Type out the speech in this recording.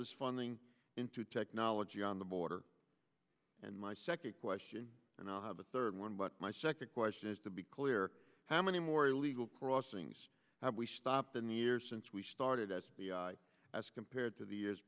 this funding into technology on the border and my second question and i'll have a third one but my second question is to be clear how many more illegal crossings have we stopped in the years since we started as as compared to the years